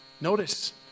notice